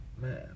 Man